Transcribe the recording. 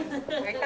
אחד,